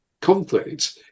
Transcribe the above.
conflict